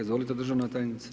Izvolite državna tajnice.